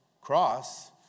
cross